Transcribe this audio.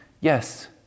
Yes